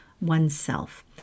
oneself